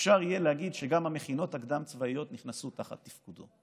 אפשר יהיה להגיד שגם המכינות הקדם-צבאיות נכנסו תחת תפקודו?